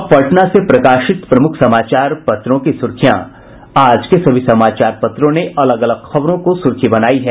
अब पटना से प्रकाशित प्रमुख समाचार पत्रों की सुर्खियां आज के सभी समाचार पत्रों ने अलग अलग खबरों को सुर्खी बनायी है